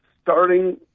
starting